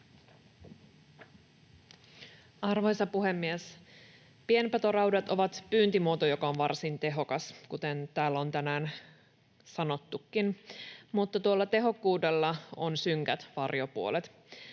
Arvoisa puhemies! Pienpetoraudat ovat pyyntimuoto, joka on varsin tehokas, kuten täällä on tänään sanottukin, mutta tuolla tehokkuudella on synkät varjopuolet.